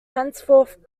henceforth